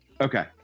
Okay